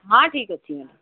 ହଁ ଠିକ ଅଛି ଆଜ୍ଞା